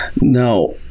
Now